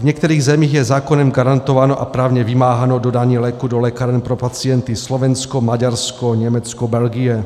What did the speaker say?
V některých zemích je zákonem garantováno a právně vymáháno dodání léků do lékáren pro pacienty: Slovensko, Maďarsko, Německo, Belgie.